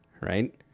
right